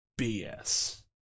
bs